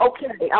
Okay